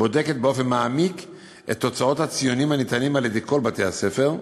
בודקת באופן מעמיק את הציונים הניתנים בכל בתי-הספר,